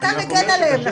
אתה מגן עליהם?